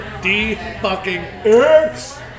D-fucking-X